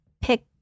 pick